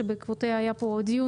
שבעקבותיה היה פה דיון,